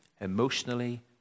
emotionally